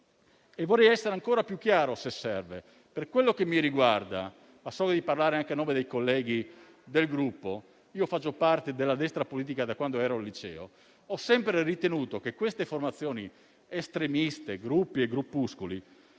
Vorrei essere ancora più chiaro, se serve. Per quello che mi riguarda - ma so di parlare anche a nome dei colleghi del Gruppo - facendo parte della destra politica da quando ero al liceo, ho sempre ritenuto che queste formazioni estremiste, gruppi e gruppuscoli